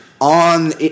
on